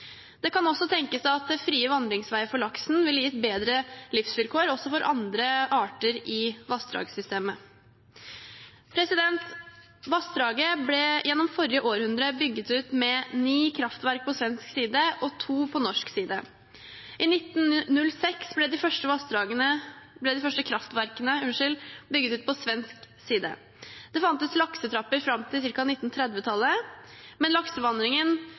Det kan også tenkes at frie vandringsveier for laksen ville ha gitt bedre livsvilkår også for andre arter i vassdragssystemet. Vassdraget ble gjennom forrige århundre bygget ut med ni kraftverk på svensk side og to på norsk side. I 1906 ble de første kraftverkene bygget ut på svensk side. Det fantes laksetrapper fram til 1930-tallet, men laksevandringen